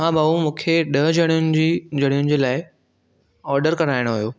हा भाउ मूंखे ॾह ज॒णियुनि जी ज॒णियुनि जी लाए ऑर्डरु कराइणो होयो